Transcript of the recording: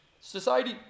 Society